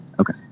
Okay